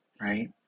right